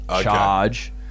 charge